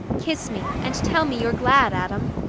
kiss me, and tell me you're glad, adam.